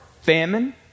famine